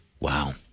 Wow